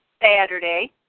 Saturday